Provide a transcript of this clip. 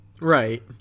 Right